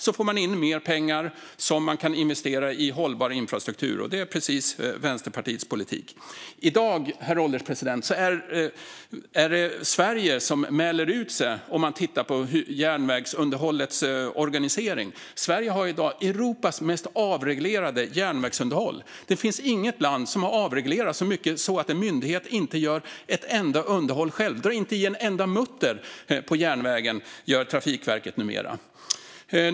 Då får man in mer pengar som man kan investera i hållbar infrastruktur. Det är precis Vänsterpartiets politik. I dag, herr ålderspresident, är det Sverige som mäler ut sig om man tittar på järnvägsunderhållets organisering. Sverige har i dag Europas mest avreglerade järnvägsunderhåll. Det finns inget land som har avreglerat så mycket att en myndighet inte gör något underhåll alls själv. Trafikverket drar inte i en enda mutter själv på järnvägen numera.